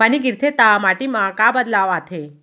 पानी गिरथे ता माटी मा का बदलाव आथे?